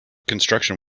construction